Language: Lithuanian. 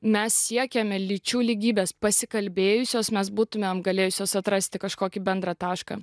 mes siekiame lyčių lygybės pasikalbėjusios mes būtumėm galėjusios atrasti kažkokį bendrą tašką